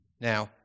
Now